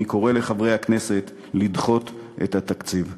אני קורא לחברי הכנסת לדחות את התקציב.